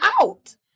out